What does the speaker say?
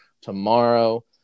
tomorrow